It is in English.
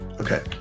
okay